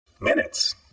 Minutes